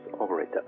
operator